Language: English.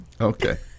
Okay